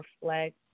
reflect